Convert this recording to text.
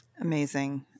Amazing